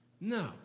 No